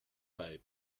bei